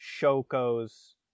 Shoko's